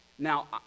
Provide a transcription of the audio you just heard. Now